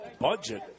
budget